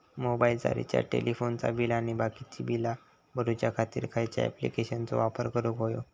मोबाईलाचा रिचार्ज टेलिफोनाचा बिल आणि बाकीची बिला भरूच्या खातीर खयच्या ॲप्लिकेशनाचो वापर करूक होयो?